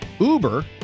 Uber